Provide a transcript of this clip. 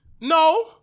No